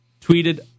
tweeted